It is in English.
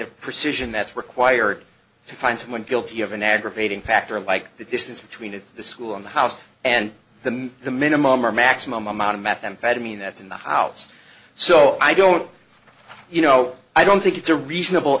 of precision that's required to find someone guilty of an aggravating factor like the distance between the school in the house and the the minimum or maximum amount of methamphetamine that's in the house so i don't you know i don't think it's a reasonable